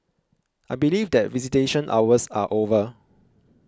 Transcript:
I believe that visitation hours are over